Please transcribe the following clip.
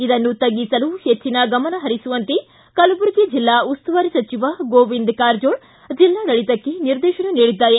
ಇದನ್ನು ತಗ್ಗಿಸಲು ಹೆಚ್ಚನ ಗಮನ ಹರಿಸುವಂತೆ ಕಲಬುರಗಿ ಜಿಲ್ಲಾ ಉಸ್ತುವಾರಿ ಸಚಿವ ಗೋವಿಂದ ಕಾರಜೋಳ ಜಿಲ್ಲಾಡಳಿತಕ್ಕೆ ನಿರ್ದೇಶನ ನೀಡಿದ್ದಾರೆ